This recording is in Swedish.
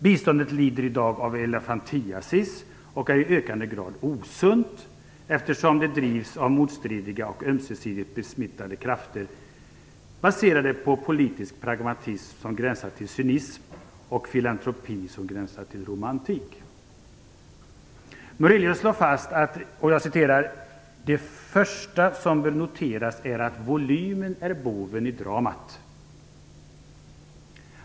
Biståndet lider i dag av elefantiasis och är i ökande grad osunt, eftersom det drivs av motstridiga och ömsesidigt besmittande krafter baserade på politisk pragmatism som gränsar till cynism och filantropi som gränsar till romantik." Murelius slår fast att: "Det första som bör noteras är att volymen är boven i dramat."